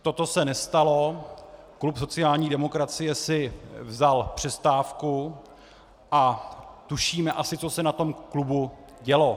Toto se nestalo, klub sociální demokracie si vzal přestávku a tušíme asi, co se na tom klubu dělo.